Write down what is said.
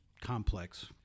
complex